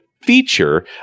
feature